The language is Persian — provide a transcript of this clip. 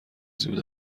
زود